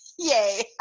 Yay